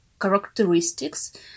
characteristics